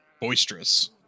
boisterous